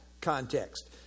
context